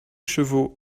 chevaux